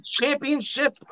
Championship